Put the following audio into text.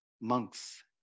monks